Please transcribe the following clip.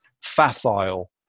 facile